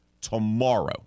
tomorrow